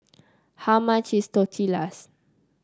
how much is Tortillas